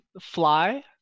fly